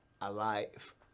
alive